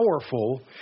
powerful